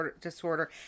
disorder